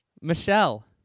Michelle